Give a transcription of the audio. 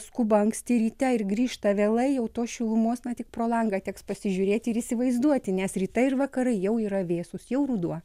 skuba anksti ryte ir grįžta vėlai jau tos šilumos ne tik pro langą teks pasižiūrėti ir įsivaizduoti nes rytai ir vakarai jau yra vėsūs jau ruduo